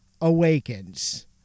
Awakens